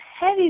heavy